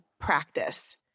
practice